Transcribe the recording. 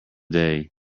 day